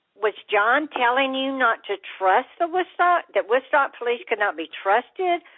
was john telling you not to trust the woodstock that woodstock police could not be trusted?